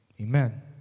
Amen